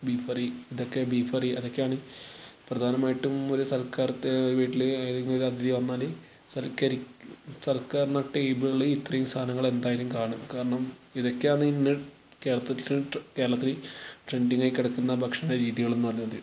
beef കറി ഇതൊക്കെ beef കറി അതൊക്കെയാണ് പ്രധാനമായിട്ടും ഒരു സൽക്കരണ വീട്ടില് ഏതെങ്കിലും അതിഥി വന്നാല് സൽക്കരി സൽക്കരണ ടേബിളിൽ ഇത്രയും സാധനങ്ങൾ എന്തായാലും കാണും കാരണം ഇതൊക്കെയാണ് ഇന്ന് കേരത്ത് കേരളത്തില് ട്രെൻഡിങ്ങായി കിടക്കുന്ന ഭക്ഷണരീതികൾ എന്ന് പറഞ്ഞത്